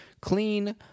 clean